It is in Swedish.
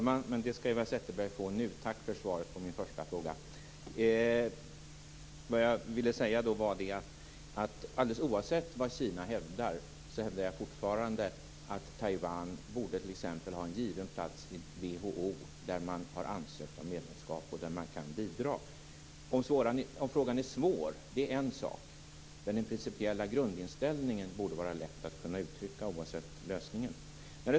Herr talman! Det skall Eva Zetterberg få nu. Tack för svaret på min första fråga. Alldeles oavsett vad Kina hävdar, hävdar jag fortfarande att Taiwan borde ha en given plats i t.ex. WHO, där landet har ansökt om medlemskap och där det kan bidra. Det är en sak om frågan är svår, men den principiella grundinställningen borde vara lätt att kunna uttrycka oavsett lösningen.